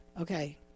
Okay